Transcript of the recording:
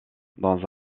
dans